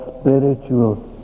spiritual